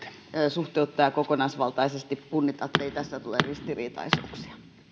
suhteuttaa ja kokonaisvaltaisesti punnita ettei tule ristiriitaisuuksia